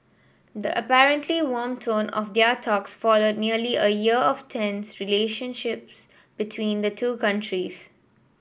the apparently warm tone of their talks followed nearly a year of tense relationships between the two countries